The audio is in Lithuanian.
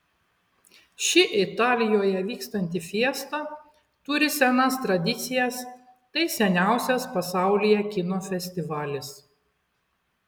ši italijoje vykstanti fiesta turi senas tradicijas tai seniausias pasaulyje kino festivalis